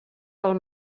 del